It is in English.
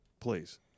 please